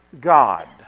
God